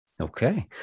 Okay